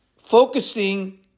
focusing